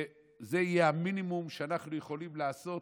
וזה יהיה המינימום שאנחנו יכולים לעשות